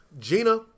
Gina